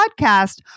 podcast